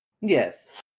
Yes